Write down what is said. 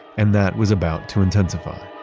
and that was about to intensify